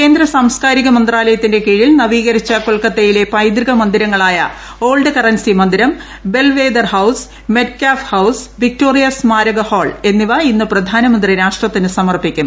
കേന്ദ്ര സാംസ്കാരിക മന്ത്രാലയത്തിന്റെ കീഴിൽ നവീകരിച്ച കൊൽക്കത്തയിലെ പൈതൃക മന്ദിരങ്ങളായ ഓൾഡ് കറൻസി മന്ദിരം Belvedere house Metcalfe house Victoria സ്മാരക ഹാൾ എന്നിവ ഇന്ന് പ്രധാനമന്ത്രി രാഷ്ട്രത്തിന് സമർപ്പിക്കും